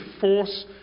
force